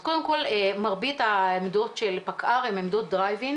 אז קודם כל מרבית העמדות של פקע"ר הן עמדות דרייב אין